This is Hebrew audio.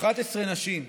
11 נשים.